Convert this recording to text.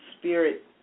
spirit